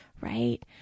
right